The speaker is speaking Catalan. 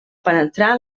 penetrar